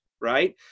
right